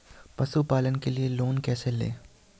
पशुपालन के लिए लोन कैसे लें?